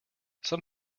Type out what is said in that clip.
some